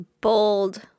bold